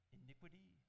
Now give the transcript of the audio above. iniquity